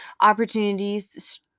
opportunities